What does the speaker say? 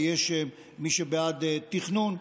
ויש מי שבעד תכנון.